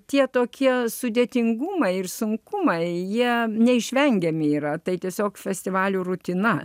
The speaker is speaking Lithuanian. tie tokie sudėtingumą ir sunkumai jie neišvengiami yra tai tiesiog festivalių rutina